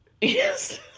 Yes